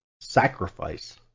sacrifice